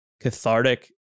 cathartic